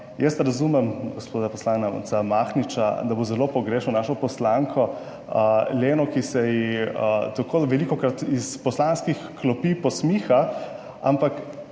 jaz razumem gospoda poslanca Mahniča, da bo zelo pogrešal našo poslanko Leno, ki se ji tako velikokrat iz poslanskih klopi posmiha. Ampak